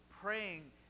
praying